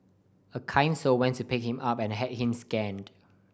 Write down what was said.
a kind soul went to pick him up and had him scanned